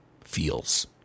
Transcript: feels